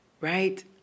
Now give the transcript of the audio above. right